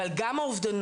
אבל גם האובדנות,